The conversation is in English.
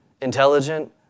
intelligent